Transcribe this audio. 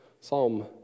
Psalm